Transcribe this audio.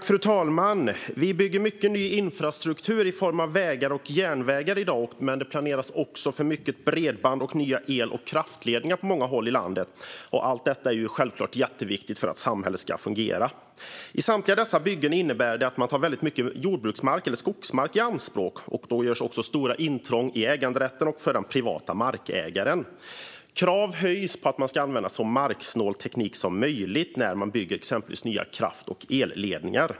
Fru talman! Vi bygger mycket ny infrastruktur i form av vägar och järnvägar i dag, men det planeras också för mycket bredband och nya el och kraftledningar på många håll i landet. Allt detta är självklart jätteviktigt för att samhället ska fungera. I samtliga dessa byggen innebär det att man tar mycket jordbruksmark eller skogsmark i anspråk. Då görs också stora intrång i äganderätten och för den privata markägaren. Krav höjs på att använda så marksnål teknik som möjligt när man bygger till exempel nya kraft och elledningar.